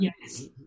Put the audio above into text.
yes